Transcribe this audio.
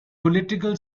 political